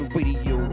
Radio